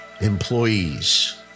employees